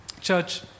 Church